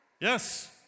Yes